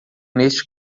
neste